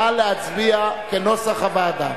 נא להצביע, כנוסח הוועדה.